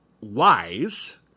wise